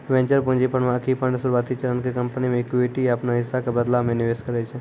venture पूंजी firm आकि fund शुरुआती चरण के कंपनी मे इक्विटी या अपनो हिस्सा के बदला मे निवेश करै छै